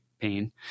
pain